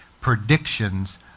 predictions